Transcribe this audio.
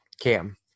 Cam